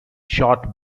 short